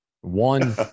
one